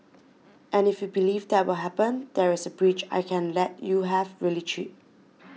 and if you believe that will happen there is a bridge I can let you have really cheap